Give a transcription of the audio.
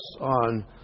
on